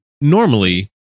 normally